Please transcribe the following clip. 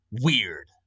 Weird